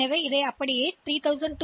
எனவே இது 3002 இடத்தில் சேமிக்கப்படும்